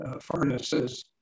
furnaces